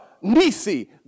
Nisi